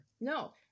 No